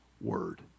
word